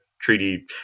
treaty